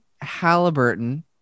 Halliburton